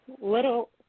Little